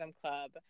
club